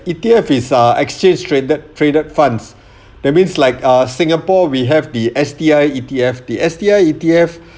E_T_F is ah exchange traded traded funds that means like ah singapore we have the S_T_I E_T_F the S_T_I E_T_F